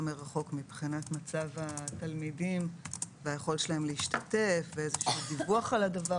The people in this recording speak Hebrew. מרחוק מבחינת מצב התלמידים והיכולת שלהם להשתתף ואיזשהו דיווח על הדבר